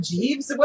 Jeeves